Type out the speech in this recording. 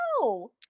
No